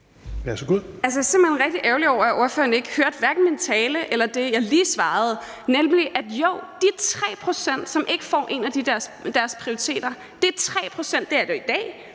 Jeg er simpelt hen rigtig ærgerlig over, at ordføreren ikke hørte hverken min tale eller det, jeg lige svarede, nemlig at jo, hvad angår de 3 pct., som ikke får en af deres prioriteter – det er 3 pct. i dag,